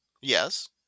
Yes